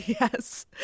yes